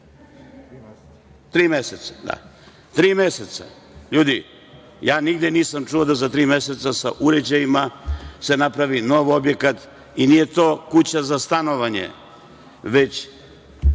da. Tri meseca, ljudi, ja nigde nisam čuo da za tri meseca sa uređajima se napravi nov objekat i nije to kuća za stanovanje, već